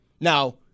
Now